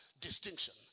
distinction